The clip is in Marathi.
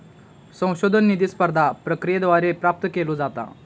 संशोधन निधी स्पर्धा प्रक्रियेद्वारे प्राप्त केलो जाता